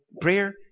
prayer